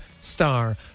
star